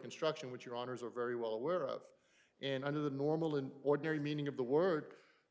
construction which your honour's are very well aware of and under the normal and ordinary meaning of the word